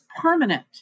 permanent